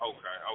Okay